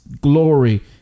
glory